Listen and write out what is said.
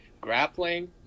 grappling